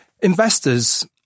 investors